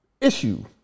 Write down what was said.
issue